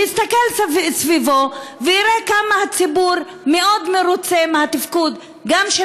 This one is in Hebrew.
שיסתכל סביבו ויראה כמה הציבור מרוצה מאוד מהתפקוד גם של